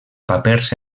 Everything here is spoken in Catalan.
papers